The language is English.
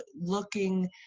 looking